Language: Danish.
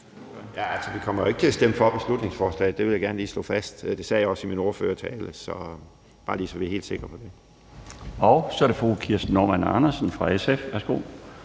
vi kommer jo ikke til at stemme for beslutningsforslaget, det vil jeg gerne lige slå fast. Det sagde jeg også i min ordførertale, så det er bare lige, så vi er helt sikre på det. Kl. 14:12 Den fg. formand (Bjarne Laustsen): Så er